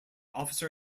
officer